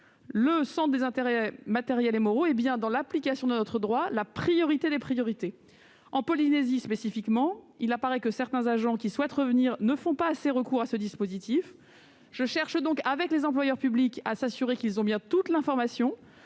le centre des intérêts matériels et moraux est bien, dans l'application dans notre droit, la priorité des priorités. En Polynésie spécifiquement, il apparaît que certains agents qui souhaitent revenir ne recourent pas suffisamment à ce dispositif. Je m'attache donc, avec les employeurs publics, à faire en sorte que ces agents aient